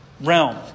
realm